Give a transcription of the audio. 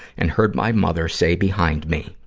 and heard my mother say behind me,